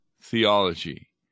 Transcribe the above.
theology